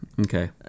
Okay